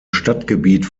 stadtgebiet